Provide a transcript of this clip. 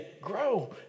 grow